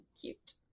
Cute